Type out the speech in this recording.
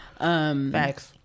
Facts